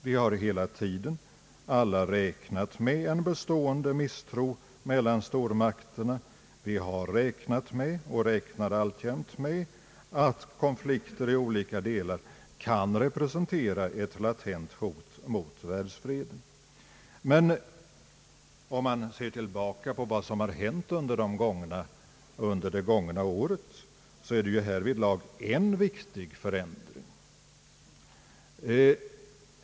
Vi har hela tiden alla räknat med en bestående misstro mellan stormakterna. Vi har räknat med och räknar alltjämt med att konflikter i olika delar av världen kan representera ett latent hot mot världsfreden. Men om man ser tillbaka på vad som hänt under det gångna året, så finner man att det härvidlag blivit en viktig förändring.